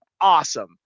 Awesome